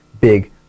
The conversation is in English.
big